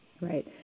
Right